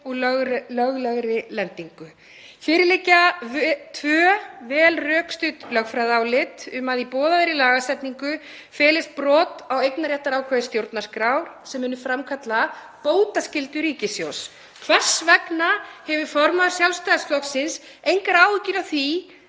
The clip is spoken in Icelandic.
og löglegri lendingu. Fyrir liggja tvö vel rökstudd lögfræðiálit um að í boðaðri lagasetningu felist brot á eignarréttarákvæði stjórnarskrár sem muni framkalla bótaskyldu ríkissjóðs. Hvers vegna hefur formaður Sjálfstæðisflokksins engar áhyggjur af því